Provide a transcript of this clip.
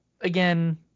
again